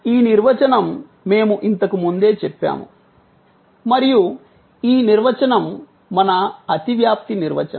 ఈ నిర్వచనం మేము ఇంతకు ముందే చెప్పాము మరియు ఈ నిర్వచనం మన అతివ్యాప్తి నిర్వచనం